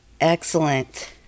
Excellent